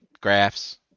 Graphs